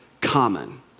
common